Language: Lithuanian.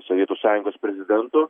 sovietų sąjungos prezidento